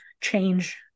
change